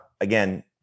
again